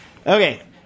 Okay